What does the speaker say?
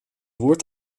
woord